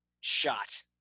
shot